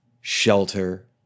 shelter